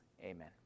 Amen